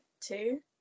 two